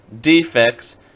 defects